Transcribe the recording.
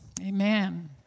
Amen